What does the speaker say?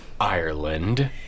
Ireland